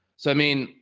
so i mean,